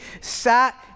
sat